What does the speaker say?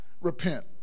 repent